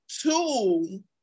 two